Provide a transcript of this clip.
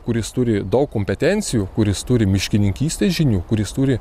kuris turi daug kompetencijų kuris turi miškininkystės žinių kuris turi